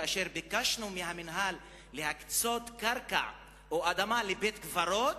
כאשר ביקשנו מהמינהל להקצות קרקע או אדמה לבית-קברות,